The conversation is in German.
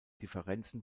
differenzen